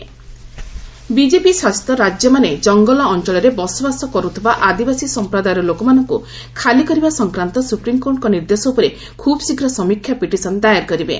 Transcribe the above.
ରିଭ୍ ଶାହା tribals BJP ଶାସିତ ରାଜ୍ୟମାନେ ଜଙ୍ଗଲ ଅଞ୍ଚଳରେ ବସବାସ କରୁଥିବା ଆଦିବାସୀ ସମ୍ପ୍ରଦାୟର ଲୋକମାନଙ୍କୁ ଖାଲି କରିବା ସଂକ୍ରାନ୍ତ ସୁପ୍ରିମକୋର୍ଟଙ୍କ ନିର୍ଦ୍ଦେଶ ଉପରେ ଖୁବ୍ ଶୀଘ୍ର ସମୀକ୍ଷା ପିଟିଶନ ଦାଏର କରିବେ